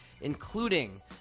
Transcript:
including